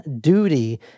duty